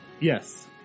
Yes